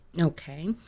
Okay